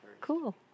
Cool